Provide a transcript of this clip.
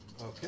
Okay